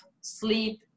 sleep